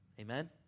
Amen